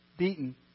beaten